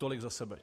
Tolik za sebe.